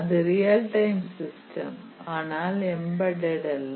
இது real time system ஆனால் embedded அல்ல